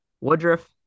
Woodruff